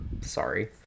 sorry